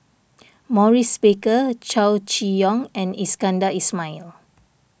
Maurice Baker Chow Chee Yong and Iskandar Ismail